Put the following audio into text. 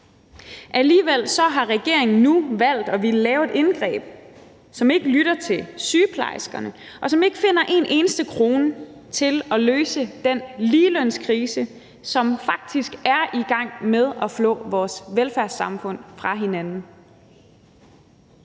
Alligevel har regeringen nu valgt at ville lave et indgreb, som ikke lytter til sygeplejerskerne, og som ikke finder én eneste krone til at løse den ligelønskrise, som faktisk er i gang med at flå vores velfærdssamfund fra hinanden.